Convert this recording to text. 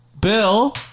Bill